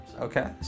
Okay